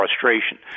frustration